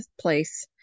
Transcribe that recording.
place